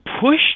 push